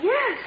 Yes